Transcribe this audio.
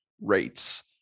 rates